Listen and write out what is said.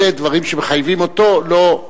אלה דברים שמחייבים אותו לא,